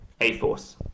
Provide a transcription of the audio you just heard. A-Force